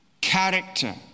character